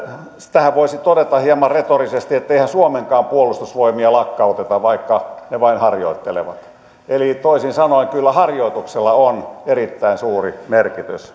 tähän voisi todeta hieman retorisesti että eihän suomenkaan puolustusvoimia lakkauteta vaikka ne vain harjoittelevat eli toisin sanoen kyllä harjoituksella on myöskin erittäin suuri merkitys